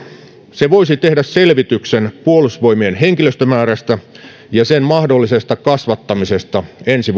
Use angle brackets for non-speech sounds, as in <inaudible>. se voisi tehdä selvityksen puolustusvoimien henkilöstömäärästä ja sen mahdollisesta kasvattamisesta ensi <unintelligible>